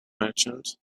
merchant